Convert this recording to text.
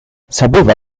sapeva